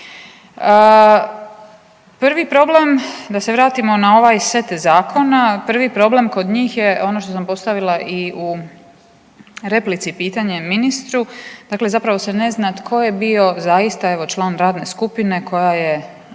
Prvi problem da se vratimo na ovaj set zakona, prvi problem kod njih je ono što sam postavila i u replici pitanje ministru, dakle zapravo se ne zna tko je bio zaista evo član radne skupine koja je